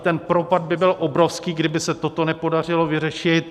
Ten propad by byl obrovský, kdyby se toto nepodařilo vyřešit.